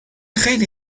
خیلی